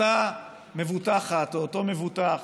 אותה מבוטחת או אותו מבוטח